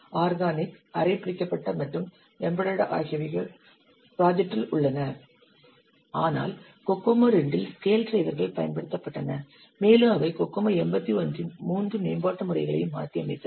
organic அரை பிரிக்கப்பட்ட மற்றும் எம்பெடெட் ஆகியவைகள் ப்ராஜெக்ட்டில் உள்ளன ஆனால் கோகோமோ II இல் ஸ்கேல் டிரைவர்கள் பயன்படுத்தப்பட்டன மேலும் அவை கோகோமோ 81 இன் மூன்று மேம்பாட்டு முறைகளையும் மாற்றியமைத்தன